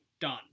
done